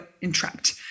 entrapped